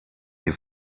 die